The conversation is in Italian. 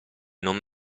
non